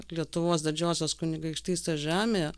lietuvos didžiosios kunigaikštystės žemėje